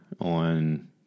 on